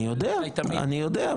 אני יודע,